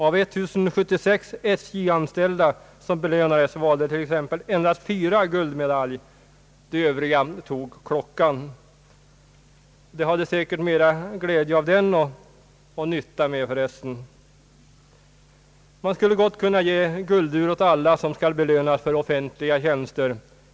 Av 1076 SJ-anställda som erhöll belöningar valde exempelvis endast fyra guldmedalj. De övriga föredrog klockor, vilket de säkerligen hade både mera glädje och nytta av. Guldur eller någon annan gåva av bestående värde skulle gott kunna ges åt alla som skall belönas för offentliga tjänster.